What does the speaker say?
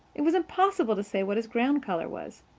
it was impossible to say what his ground color was.